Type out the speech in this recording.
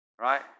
Right